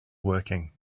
working